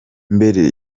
mbere